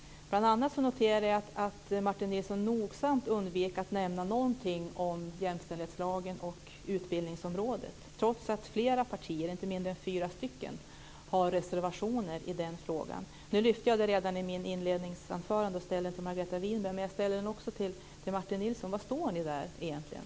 Bl.a. noterade jag att Martin Nilsson nogsamt undvek att nämna någonting om jämställdhetslagen och utbildningsområdet trots att flera partier, inte mindre än fyra, har reservationer i denna fråga. Det lyfte jag fram redan i mitt inledningsanförande och ställde en fråga till Margareta Winberg men ställer den också till Martin Nilsson: Var står ni där egentligen?